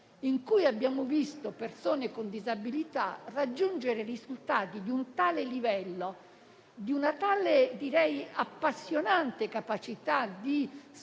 in cui abbiamo visto persone con disabilità raggiungere risultati di un tale livello, di una tale appassionante capacità di sconfiggere